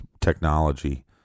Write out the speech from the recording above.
technology